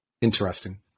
Interesting